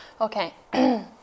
okay